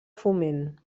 foment